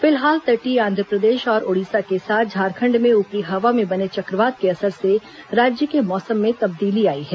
फिलहाल तटीय आंध्रप्रदेश और ओडिशा के साथ झारखंड में ऊपरी हवा में बने चक्रवात के असर से राज्य के मौसम में तब्दीली आई है